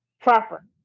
Proper